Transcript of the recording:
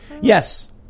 Yes